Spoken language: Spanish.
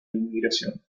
inmigración